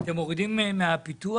אתם מורידים כסף מהפיתוח?